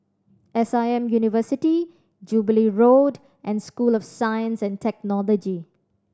S I M University Jubilee Road and School of Science and Technology